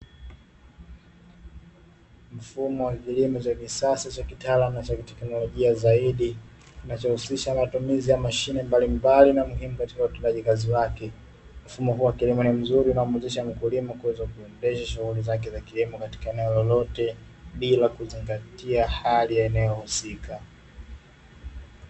Mfumo wa kilimo cha kisasa cha kitaalamu na cha kiteknolojia zaidi, kinachohusisha matumizi ya mashine mbalimbali na muhimu katika utendaji kazi wake. Mfumo huu wa kilimo ni mzuri na unamwezesha mkulima kuweza kuendesha shughuli zake za kilimo katika eneo lolote bila kuzingatia hali ya eneo husika.